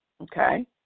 okay